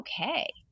okay